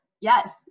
Yes